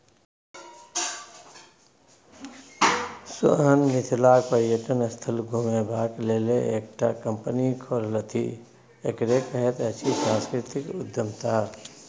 सोहन मिथिलाक पर्यटन स्थल घुमेबाक लेल एकटा कंपनी खोललथि एकरे कहैत अछि सांस्कृतिक उद्यमिता